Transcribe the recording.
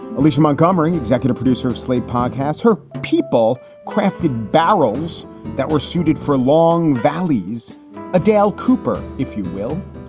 alicia montgomery, executive producer of slate podcasts. her people crafted barrels that were suited for long. valli's a dale cooper, if you will,